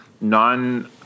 non